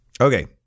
Okay